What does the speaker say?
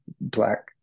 Black